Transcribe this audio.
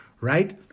right